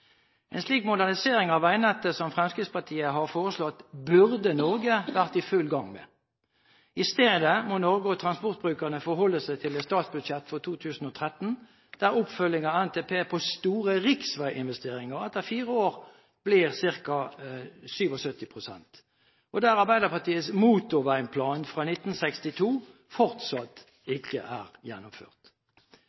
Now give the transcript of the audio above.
En slik modernisering av veinettet som Fremskrittspartiet har foreslått, burde Norge vært i full gang med. I stedet må Norge og transportbrukerne forholde seg til et statsbudsjett for 2013 der oppfølgning av NTP på store riksveiinvesteringer etter fire år blir ca. 77 pst., og der Arbeiderpartiets motorveiplan fra 1962 fortsatt